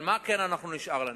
מה כן נשאר לנו?